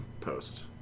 post